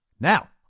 Now